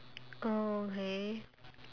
oh okay